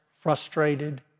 frustrated